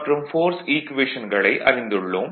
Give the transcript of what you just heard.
மற்றும் ஃபோர்ஸ் ஈக்குவேஷன்களை அறிந்துள்ளோம்